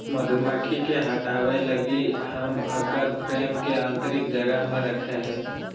मधुमक्खी के हटाबय लगी हम उकर फ्रेम के आतंरिक जगह में रखैय हइ